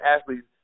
athletes